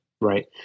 Right